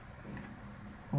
विद्यार्थी वारा